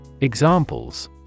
Examples